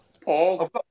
Paul